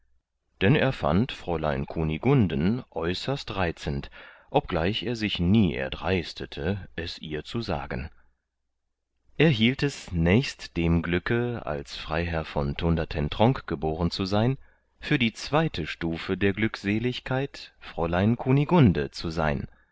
denn er fand fräulein kunigunden äußerst reizend obgleich er sich nie erdreistete es ihr zu sagen er hielt es nächst dem glücke als freiherr von thundertentronckh geboren zu sein für die zweite stufe der glückseligkeit fräulein kunigunde zu sein